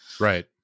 right